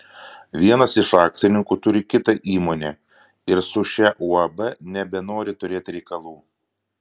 vienas iš akcininkų turi kitą įmonę ir su šia uab nebenori turėti reikalų